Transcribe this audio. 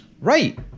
right